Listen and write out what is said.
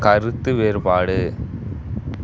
கருத்து வேறுபாடு